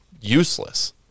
useless